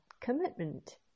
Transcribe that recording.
commitment